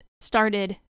started